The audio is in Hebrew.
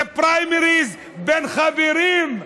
זה פריימריז בין חברים,